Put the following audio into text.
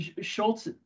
Schultz